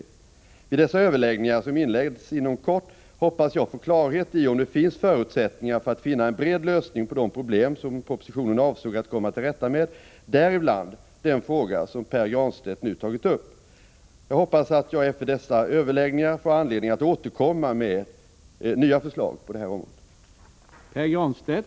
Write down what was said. Vid dessa överläggningar, som inleds inom kort, hoppas jag få klarhet i om det finns förutsättningar för att finna en bred lösning på de problem som propositionen avsåg att komma till rätta med — däribland den fråga som Pär Granstedt nu tagit upp. Jag hoppas att jag efter dessa överläggningar får anledning att återkomma med nya förslag på det här området.